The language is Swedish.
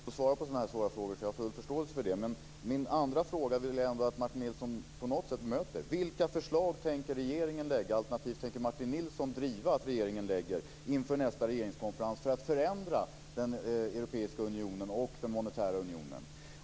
Fru talman! Det är inte lätt att på en minut svara på sådana här svåra frågor. Jag har full förståelse för det. Men jag vill ändå att Martin Nilsson på något sätt bemöter min andra fråga. Vilka förslag tänker regeringen lägga fram, alternativt vilka förslag tänker Martin Nilsson driva att regeringen lägger fram inför nästa regeringskonferens för att förändra den europeiska unionen och den monetära unionen?